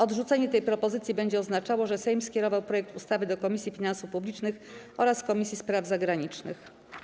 Odrzucenie tej propozycji będzie oznaczało, że Sejm skierował projekt ustawy do Komisji Finansów Publicznych oraz Komisji Spraw Zagranicznych.